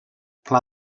pla